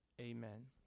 Amen